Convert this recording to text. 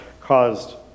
caused